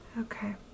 Okay